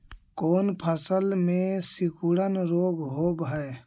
कोन फ़सल में सिकुड़न रोग होब है?